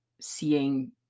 seeing